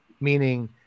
Meaning